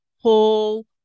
whole